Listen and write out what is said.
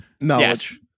knowledge